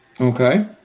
Okay